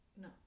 no